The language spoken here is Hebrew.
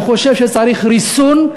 אני חושב שצריך ריסון,